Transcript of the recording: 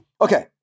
Okay